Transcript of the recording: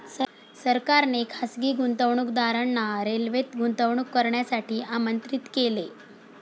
सरकारने खासगी गुंतवणूकदारांना रेल्वेत गुंतवणूक करण्यासाठी आमंत्रित केले